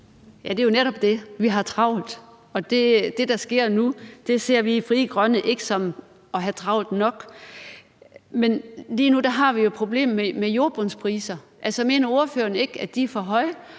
Det er jo netop det, vi har – vi har travlt. Og det, der sker nu, ser vi i Frie Grønne ikke som at have travlt nok. Lige nu har vi jo problemet med jordbundspriser. Altså, mener ordføreren ikke, at de er for høje,